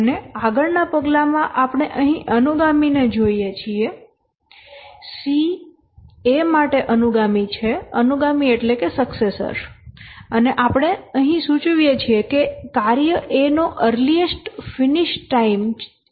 અને આગળનાં પગલામાં આપણે અહીં અનુગામી ને જોઈએ છીએ C A માટે અનુગામી છે અને આપણે અહીં સૂચવે છે કે કાર્ય A નો અર્લીએસ્ટ ફિનિશ ટાઈમ 6 છે